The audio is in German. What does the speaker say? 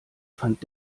fand